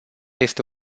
este